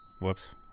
Whoops